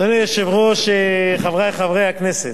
אדוני היושב-ראש, חברי חברי הכנסת,